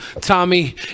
Tommy